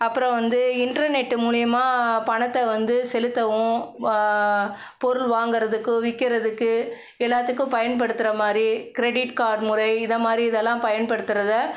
அப்புறம் வந்து இன்ட்ருநெட்டு மூலிமா பணத்தை வந்து செலுத்தவும் பொருள் வாங்கிறதுக்கு விற்கிறதுக்கு எல்லாத்துக்கும் பயன்படுத்துகிற மாதிரி கிரெடிட் கார்ட் முறை இது மாதிரி இதெல்லாம் பயன்படுத்துகிறத